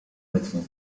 rytmie